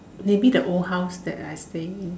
maybe the old house that I stay in